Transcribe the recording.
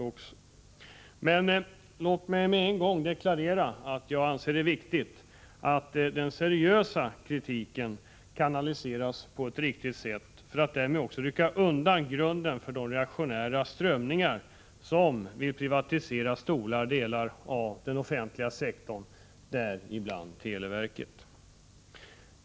Låt mig emellertid omedelbart deklarera att jag anser det viktigt att den seriösa kritiken kanaliseras på ett riktigt sätt för att grunden skall kunna ryckas undan för de reaktionära strömningar som vill privatisera stora delar av den offentliga sektorn, däribland televerket.